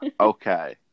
okay